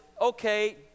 okay